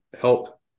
help